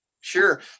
Sure